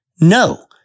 No